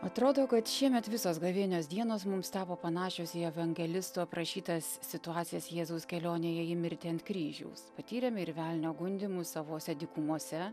atrodo kad šiemet visos gavėnios dienos mums tapo panašios į evangelistų aprašytas situacijas jėzaus kelionėje į mirtį ant kryžiaus patyrėme ir velnio gundymus savose dykumose